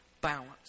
balance